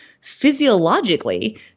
physiologically